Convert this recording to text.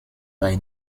bei